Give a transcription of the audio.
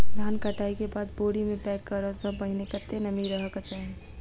धान कटाई केँ बाद बोरी मे पैक करऽ सँ पहिने कत्ते नमी रहक चाहि?